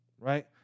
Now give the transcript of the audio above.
Right